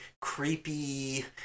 creepy